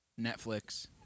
Netflix